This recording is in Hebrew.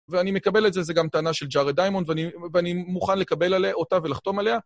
ואני מקבל את זה, זה גם טענה של ג'ארד דיימון, ואני מוכן לקבל אותה ולחתום עליה.